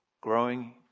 growing